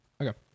Okay